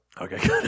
Okay